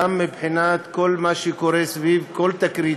גם מבחינת כל מה שקורה סביב כל תקרית,